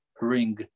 ring